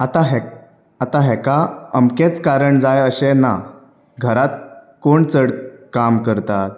आतां हे आतां हेका अमकेंच कारण जाय अशें ना घरांत कोण चड काम करता